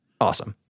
awesome